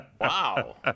wow